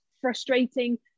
frustrating